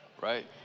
right